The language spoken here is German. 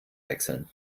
wechseln